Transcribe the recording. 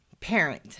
parent